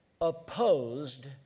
opposed